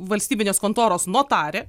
valstybinės kontoros notarė